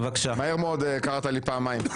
מהר מאוד קראת לי פעמיים.